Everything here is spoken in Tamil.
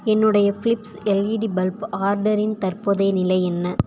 என்னுடைய ஃப்லிப்ஸ் எல்இடி பல்ப் ஆர்டரின் தற்போதைய நிலை என்ன